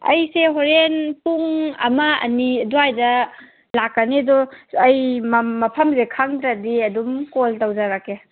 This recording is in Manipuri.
ꯑꯩꯁꯦ ꯍꯣꯔꯦꯟ ꯄꯨꯡ ꯑꯃ ꯑꯅꯤ ꯑꯗꯨꯋꯥꯏꯗ ꯂꯥꯛꯀꯅꯤ ꯑꯗꯣ ꯑꯩ ꯃꯐꯝꯁꯦ ꯈꯪꯗ꯭ꯔꯗꯤ ꯑꯗꯨꯝ ꯀꯣꯜ ꯇꯧꯖꯔꯛꯀꯦ